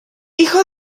hijo